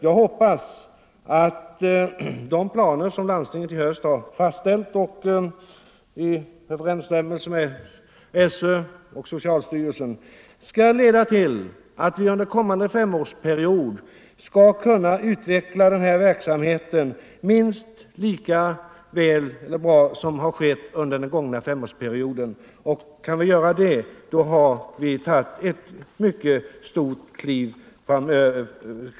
Jag hoppas att de planer som landstinget i höst fastställt i överensstämmelse med SÖ:s och socialstyrelsens riktlinjer skall leda till att vi under kommande femårsperiod skall kunna utveckla den här verksamheten minst lika bra som under den gångna femårsperioden. Kan vi göra det, då har vi tagit ett mycket stort kliv framåt.